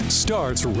starts